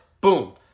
boom